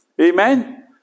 Amen